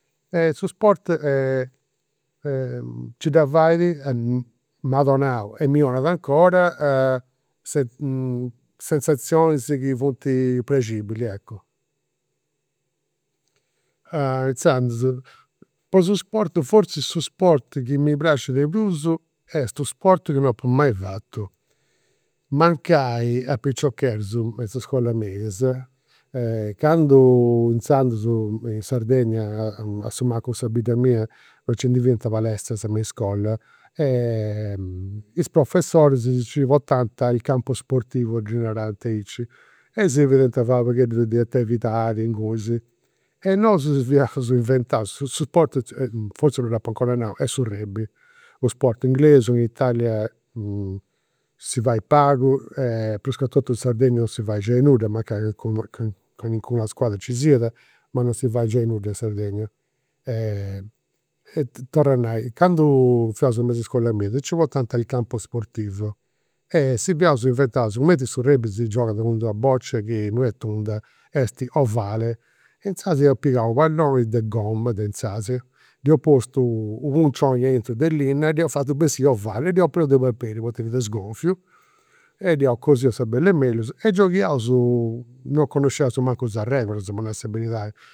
Su sport, nci dda fait, m'at donau e mi 'onat 'ncora sensazionis chi funt praxibilis, eccu. Inzandus, po su sport, forzis su sport chi mi praxit de prus est u' sport chi non apu mai fatu. Mancai a piciocheddus, me is iscolas medias, candu, inzandus, in Sardegna, asumancus in sa bidda mia, non nci ndi fiant palestras me iscolas, is professoris si nci portant al campo sportivo, ddi narant aici, e si fadiant fai u' pagheddu de attividadis ingunis. E nosu si fiaus inventaus su sport forzis non d'apu 'ncora nau, est su rugby. U' sport inglesu, in Italia si fait pagu e pruscatotu in Sardegna non si fait giai nudda, mancai, calincuna squadra nci siat, ma non si fait giai nudda in Sardegna. E torru a nai, candu fiaus me iscolas medias, si nci portant a il campo sportivo, e si fiaus inventaus, sigumenti su rugby si giogas cu d'una bocia chi non est tunda, est ovale. Inzaras iaus pigau u' palloni de gomma, de inzaras, dd'eus postu u' aintru de linna e dd'iaus fatu bessiri ovale e prenu de paperi, poita fiat sgonfiu, e diaus cosiu a sa bell'e mellus. E gioghiaus, non connosciaus mancu is arregolas, po nai sa beridadi